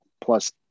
plus